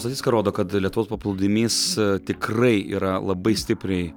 statistika rodo kad lietuvos paplūdimys tikrai yra labai stipriai